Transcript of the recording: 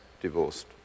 divorced